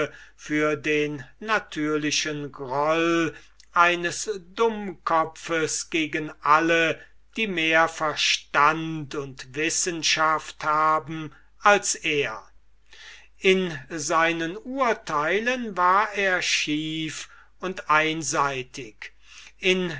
für den natürlichen groll eines dummkopfes gegen alle die mehr verstand und wissenschaft haben als er in seinen urteilen war er schief und einseitig in